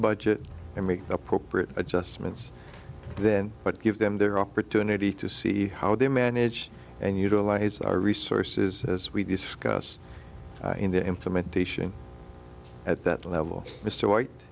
budget and make appropriate adjustments then but give them their opportunity to see how they manage and utilize our resources as we discuss in the implementation at that level mr white